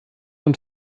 und